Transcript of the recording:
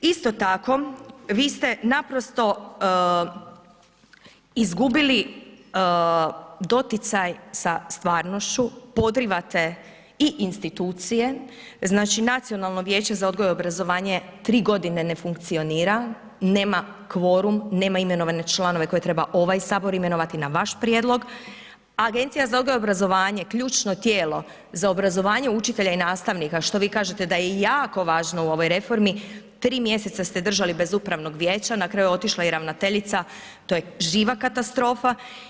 Isto tako, vi ste naprosto izgubili doticaj sa stvarnošću, podrivate i institucije, znači Nacionalno vijeće za odgoj i obrazovanje 3.g. ne funkcionira, nema kvorum, nema imenovane članove koje treba ovaj Sabor imenovati na vaš prijedlog, a Agencija za odgoj i obrazovanje, ključno tijelo za obrazovanje učitelja i nastavnika, što vi kažete da je jako važno u ovoj reformi, 3 mjeseca ste držali bez upravnog vijeća, na kraju je otišla i ravnateljica, to je živa katastrofa.